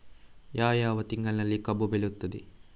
ಯಾವ ಯಾವ ತಿಂಗಳಿನಲ್ಲಿ ಕಬ್ಬು ಬೆಳೆಯುತ್ತದೆ?